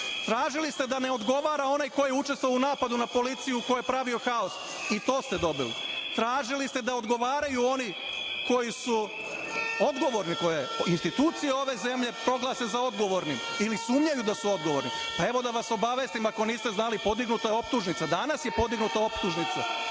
Tražili ste da ne odgovara onaj koji je učestvovao u napadu na policiju, ko je pravio haos, i to ste dobili. Tražili ste da odgovaraju oni koji su odgovorni, koje institucije ove zemlje proglase za odgovorne ili sumnjaju da su odgovorni. Evo, da vas obavestim, ako niste znali, podignuta je optužnica, danas je podignuta optužnica,